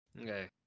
Okay